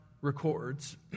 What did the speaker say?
records